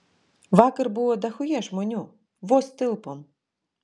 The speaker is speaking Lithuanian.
vakar buvo dachuja žmonių vos tilpom